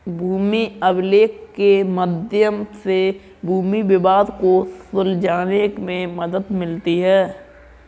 भूमि अभिलेख के मध्य से भूमि विवाद को सुलझाने में मदद मिलती है